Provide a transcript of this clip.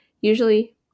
usually